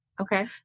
Okay